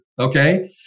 Okay